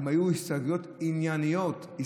הן היו הסתייגויות ענייניות,